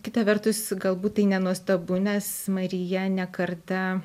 kita vertus galbūt tai nenuostabu nes marija ne kartą